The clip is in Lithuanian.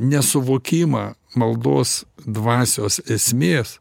nesuvokimą maldos dvasios esmės